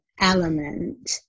element